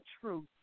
truth